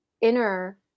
inner